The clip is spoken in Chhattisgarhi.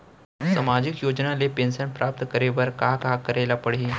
सामाजिक योजना ले पेंशन प्राप्त करे बर का का करे ल पड़ही?